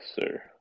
sir